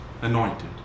anointed